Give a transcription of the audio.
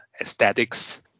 aesthetics